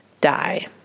die